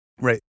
Right